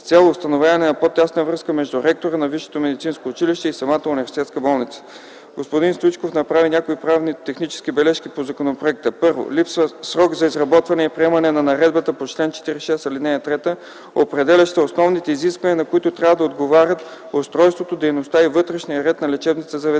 с цел установяване на по-тясна връзка между ректора на висшето медицинско училище и самата университетска болница. Господин Огнян Стоичков, направи някои правно-технически бележки по законопроекта: 1. Липсва срок за изработване и приемане на наредбата по чл. 46, ал. 3 определяща основните изисквания, на които трябва да отговарят устройството, дейността и вътрешния ред на лечебните заведения.